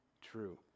true